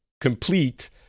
complete